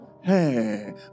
Hey